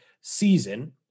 season